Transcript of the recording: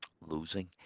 losing